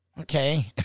Okay